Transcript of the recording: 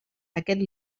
aquest